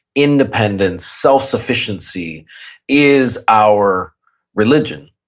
independence, self-sufficiency is our religion.